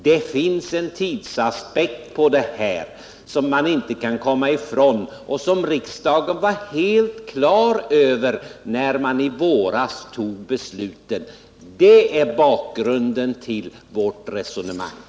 Det finns en tidsaspekt på det här som man inte kan komma ifrån och som riksdagen var helt klar över när besluten togs i våras. Det är bakgrunden till vårt resonemang.